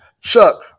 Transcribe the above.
Chuck